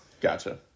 Gotcha